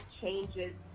changes